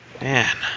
Man